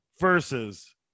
versus